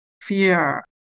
fear